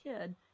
kid